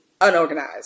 unorganized